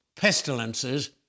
pestilences